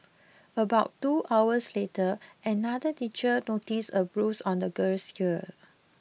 about two hours later another teacher noticed a bruise on the girl's ear